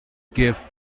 give